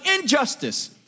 injustice